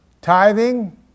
tithing